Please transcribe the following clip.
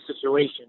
situation